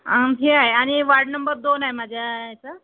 आणखी आहे आणि वार्ड नंबर दोन आहे माझ्या याचं